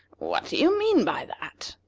what do you mean by that?